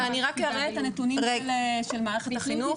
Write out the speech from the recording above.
אני רק אראה את הנתונים של מערכת החינוך,